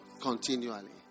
continually